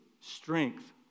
strength